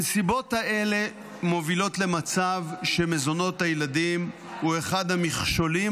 הנסיבות האלה מובילות למצב שמזונות הילדים הם אחד המכשולים